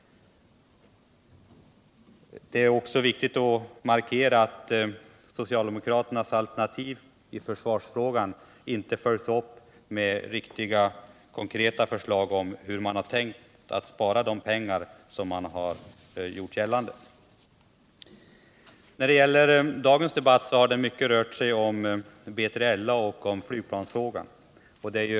Det är också viktigt att markera att socialdemokraternas alternativ i försvarsfrågan inte följs upp med riktiga, konkreta förslag om hur man tänkt sig spara de pengar som man gör gällande kan sparas in. Dagens debatt har rört sig mycket om flygplansfrågan och om främst B3LA.